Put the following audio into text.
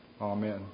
Amen